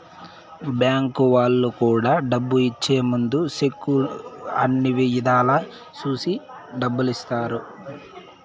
bank వాళ్ళు కూడా డబ్బు ఇచ్చే ముందు సెక్కు అన్ని ఇధాల చూసి డబ్బు ఇత్తారు